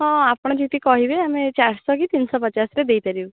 ହଁ ଆପଣ ଯେତିକି କହିବେ ଆମେ ଚାରିଶହ କି ତିନିଶହ ପଚାଶରେ ଦେଇପାରିବୁ